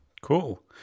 Cool